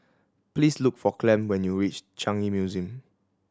please look for Clem when you reach Changi Museum